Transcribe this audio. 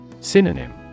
Synonym